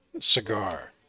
cigar